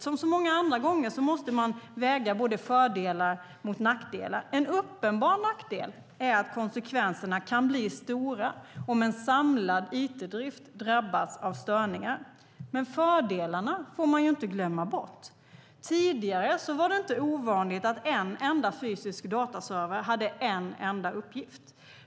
Som så många andra gånger måste man väga fördelar mot nackdelar. En uppenbar nackdel är att konsekvenserna kan bli stora om en samlad it-drift drabbas av störningar, men fördelarna får man inte glömma bort. Tidigare var det inte ovanligt att en enda fysisk dataserver hade en enda uppgift.